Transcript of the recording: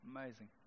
Amazing